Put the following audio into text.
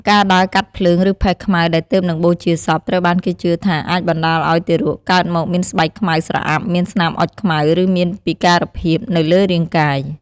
ការដើរកាត់ភ្លើង ឬផេះខ្មៅដែលទើបនឹងបូជាសព ត្រូវបានគេជឿថាអាចបណ្តាលឲ្យទារកកើតមកមានស្បែកខ្មៅស្រអាប់ មានស្នាមអុជខ្មៅ ឬមានពិការភាពនៅលើរាងកាយ។